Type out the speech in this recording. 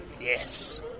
Yes